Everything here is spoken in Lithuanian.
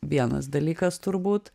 vienas dalykas turbūt